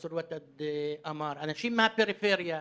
שפרופסור ותד אמר, אנשים מהפריפריה.